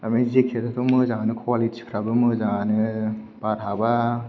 ओमफ्राय जेकेटाथ' मोजाङानो कुवालिटिफ्राबो मोजाङानोमोन बार हाबा